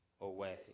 away